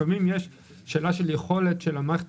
לפעמים יש שאלה של יכולת של המערכת